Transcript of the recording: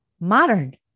modern